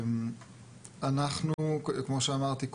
אנחנו כמו שאמרתי קודם,